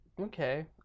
Okay